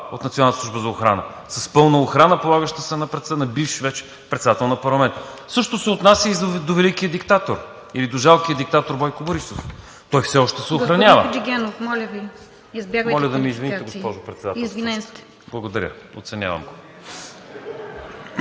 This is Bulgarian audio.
от Националната служба за охрана, с пълна охрана, полагаща се на бивш вече председател на парламента. Същото се отнася и за великия диктатор или за жалкия диктатор Бойко Борисов – той все още се охранява. ПРЕДСЕДАТЕЛ